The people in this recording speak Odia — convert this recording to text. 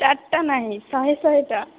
ଚାରିଟା ନାହିଁ ଶହେ ଶହେଟା